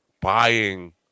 buying